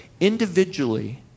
individually